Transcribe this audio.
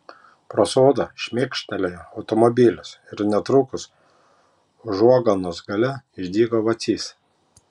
pro sodą šmėkštelėjo automobilis ir netrukus užuoganos gale išdygo vacys